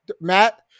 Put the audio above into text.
Matt